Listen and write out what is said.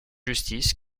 justice